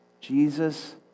Jesus